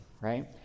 right